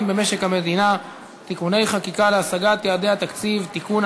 במשק המדינה (תיקוני חקיקה להשגת יעדי התקציב) (תיקון,